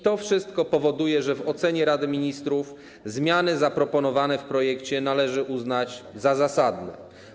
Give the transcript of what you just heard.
To wszystko powoduje, że w ocenie Rady Ministrów zmiany zaproponowane w projekcie należy uznać za zasadne.